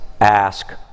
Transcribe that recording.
ask